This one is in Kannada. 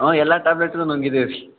ಹ್ಞೂಂ ಎಲ್ಲ ಟಾಬ್ಲೆಟುನು ನುಂಗಿದೀವಿ